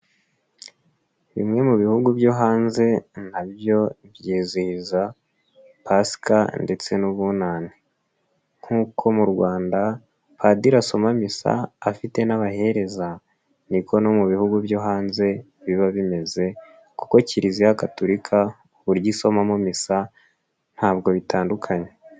Bimwe mu bihugu byo hanze na byo byizihiza Pasika ndetse n'Ubunane, nk'uko mu Rwanda padiri asoma misa afite n'abahereza niko no mu bihugu byo hanze biba bimeze kuko kiliziya gatulika uburyo isomamo misa ntabwo bitandukanye.